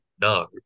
no